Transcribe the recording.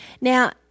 Now